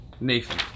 Nathan